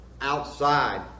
outside